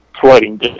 flooding